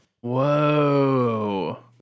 whoa